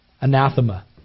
Anathema